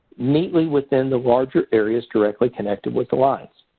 neatly within the larger areas directly connected with the line.